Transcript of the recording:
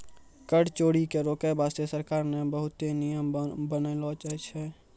कर चोरी के रोके बासते सरकार ने बहुते नियम बनालो छै